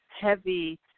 heavy